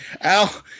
Al